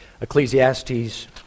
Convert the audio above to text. Ecclesiastes